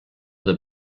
del